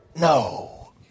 No